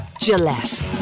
Gillette